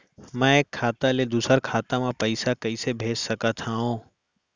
मैं एक खाता ले दूसर खाता मा पइसा कइसे भेज सकत हओं?